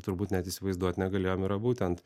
turbūt net įsivaizduot negalėjom yra būtent